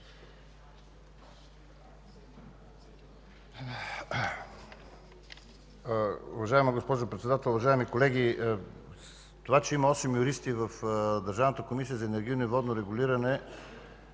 Уважаема госпожо Председател, уважаеми колеги! Това, че има осем юристи в Държавната комисия за енергийно и водно регулиране,